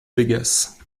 vegas